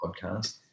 podcast